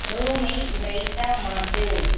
ரூமை பிரைட்டாக மாற்று